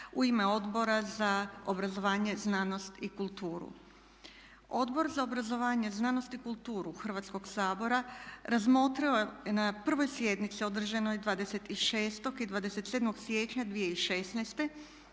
i kulturne perjanice ovoga društva. Odbor za obrazovanje, znanost i kulturu Hrvatskoga sabora razmotrio je na sjednici održanoj 26. i 27. siječnja 2016.